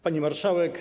Pani Marszałek!